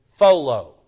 Folo